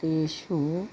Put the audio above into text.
तेषु